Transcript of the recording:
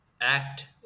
act